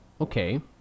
Okay